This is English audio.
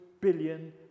billion